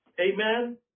Amen